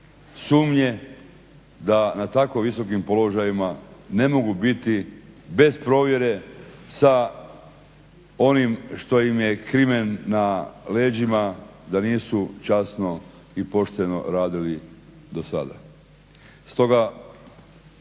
sumnje da na tako visokim položajima ne mogu biti bez provjere sa onim što im je krimen na leđima da nisu časno i pošteno radili do sada.